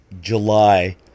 July